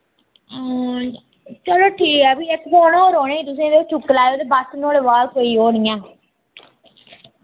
चलो ठीक ऐ फ्ही इक फोन और औने तुसें ते ओह् चुक्क लैयो ते बस नुआढ़े बाद कोई ओह् नी ऐ